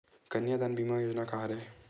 कन्यादान बीमा योजना का हरय?